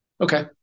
Okay